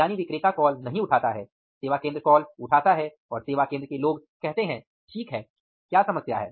यानि विक्रेता कॉल नहीं उठाता है सेवा केंद्र कॉल उठाता है और सेवा केंद्र के लोग कहते हैं ठीक है क्या समस्या है